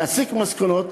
להסיק מסקנות,